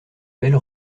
belle